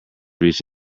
reached